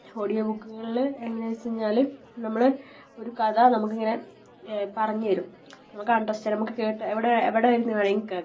audio ബുക്കുകളിൽ എങ്ങനെയാണ് വച്ച് കഴിഞ്ഞാൽ നമ്മൾ ഒരു കഥ നമ്മൾക്കിങ്ങനെ പറഞ്ഞു തരും നമുക്ക് അണ്ടർസ്റ്റാന്റ് നമുക്ക് കേട്ട് എവിടെ എവിടെയിരുന്ന് വേണമെങ്കിലും കേൾക്കാം